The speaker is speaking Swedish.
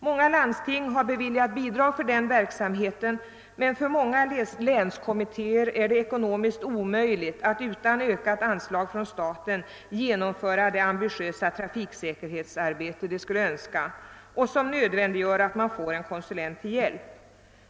Många landsting har beviljat bidrag för den verksamheten, men för många länskommittér är det ekonomiskt omöjligt att utan ökat anslag från staten genomföra det ambitiösa trafiksäkerhetsarbete som man vill utföra men som kräver att man får en konsulent till hjälp.